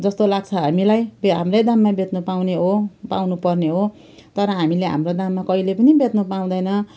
जस्तो लाग्छ हामीलाई हाम्रो दाममा बेच्न पाउने हो पाउनु पर्ने हो तर हामीले हाम्रो दाममा कहिल्यै पनि बेच्नु पाउँदैन